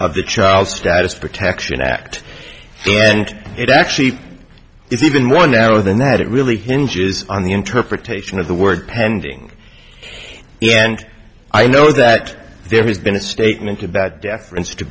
of the child status protection act and it actually is even more narrow than that it really hinges on the interpretation of the word pending yeah and i know that there has been a statement about deference to